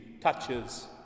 touches